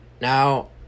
now